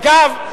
אגב,